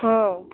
ହଁ